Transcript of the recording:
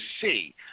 see